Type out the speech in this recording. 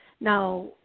Now